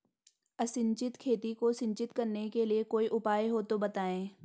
असिंचित खेती को सिंचित करने के लिए कोई उपाय हो तो बताएं?